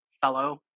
fellow